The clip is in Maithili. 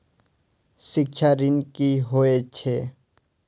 शिक्षा ऋण की होय छै?